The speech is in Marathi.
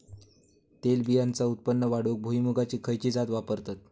तेलबियांचा उत्पन्न वाढवूक भुईमूगाची खयची जात वापरतत?